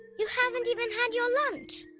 you haven't even had your lunch.